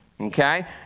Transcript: Okay